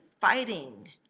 fighting